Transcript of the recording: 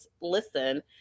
listen